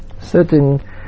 certain